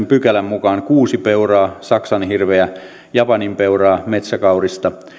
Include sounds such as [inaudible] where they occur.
[unintelligible] pykälän mukaan kuusipeuraa saksanhirveä japaninpeuraa metsäkaurista